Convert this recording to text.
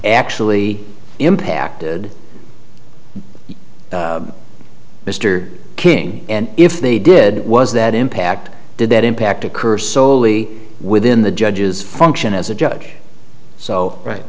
actually impacted mr king and if they did was that impact did that impact occurs solely within the judge's function as a judge so right